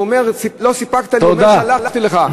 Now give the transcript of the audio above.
שהוא אומר: לא סיפקת לי את מה ששלחתי לך.